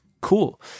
cool